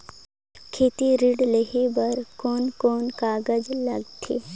खेती ऋण लेहे बार कोन कोन कागज लगथे?